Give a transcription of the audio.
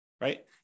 right